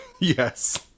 Yes